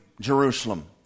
Jerusalem